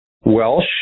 Welsh